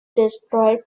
destroyed